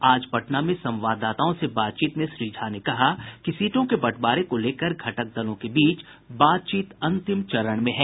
आज पटना में संवाददाताओं से बातचीत में श्री झा ने कहा कि सीटों के बंटवारे को लेकर घटक दलों के बीच बातचीत अंतिम चरण में है